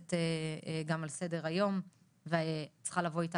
שנמצאת גם על סדר היום וצריכה לבוא איתה